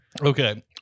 Okay